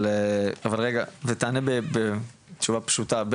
אבל רגע ותענה בתשובה פשוטה,